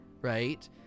right